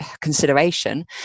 consideration